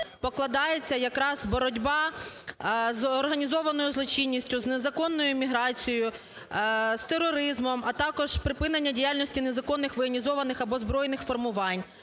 покладається якраз боротьба з організованою злочинністю, з незаконною еміграцією, з тероризмом, а також припинення діяльності незаконних воєнізованих або збройних формувань,